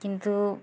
কিন্তু